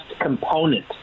component